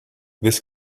this